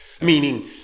meaning